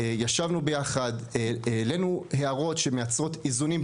ישבנו ביחד והעלנו הערות שמייצרות איזונים,